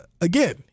again